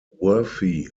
worthy